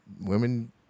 women